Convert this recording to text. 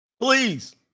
please